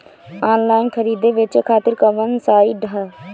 Online खरीदे बेचे खातिर कवन साइड ह?